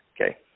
Okay